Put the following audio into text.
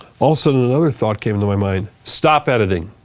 also in another thought came to my mind. stop editing,